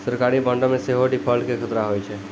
सरकारी बांडो मे सेहो डिफ़ॉल्ट के खतरा होय छै